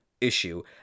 issue